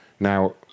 now